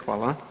Hvala.